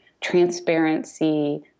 transparency